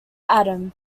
adam